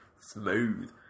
Smooth